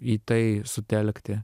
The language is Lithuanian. į tai sutelkti